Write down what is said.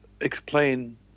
explain